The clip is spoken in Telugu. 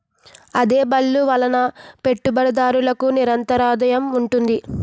అద్దె బళ్ళు వలన పెట్టుబడిదారులకు నిరంతరాదాయం ఉంటుంది